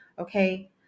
okay